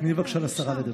תני בבקשה לשרה לדבר.